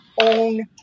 own